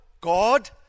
God